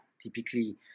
Typically